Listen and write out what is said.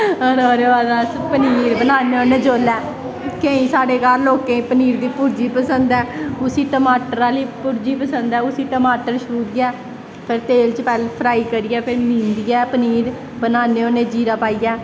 और ओह्दे बाद अस पनीर बनान्ने होन्ने जिसलै केंई साढ़े घर पनीर दी भुर्जी पसंद ऐ उसी टमाटर आह्ली पूज्जी पसंद ऐ उसी टमाटर शूरियै फिर तेल च फ्राई करियै फिर बनान्ने होन्ने जीरा पाइयै